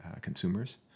consumers